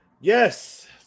yes